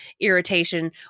irritation